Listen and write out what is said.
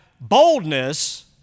boldness